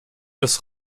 des